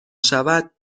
شود